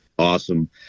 awesome